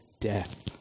death